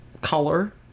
color